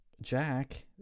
Jack